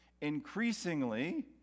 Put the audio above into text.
Increasingly